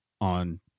on